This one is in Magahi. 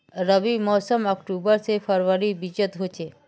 रविर मोसम अक्टूबर से फरवरीर बिचोत होचे